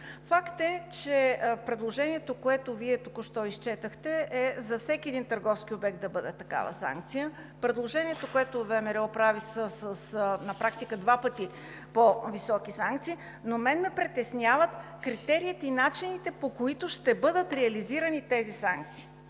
Факт е, че предложението, което Вие току-що изчетохте, е за всеки един търговски обект да бъде такава санкцията. Предложението, което ВМРО прави, е на практика с два пъти по-високи санкции, но мен ме притесняват критериите и начините, по които ще бъдат реализирани тези санкции.